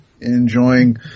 enjoying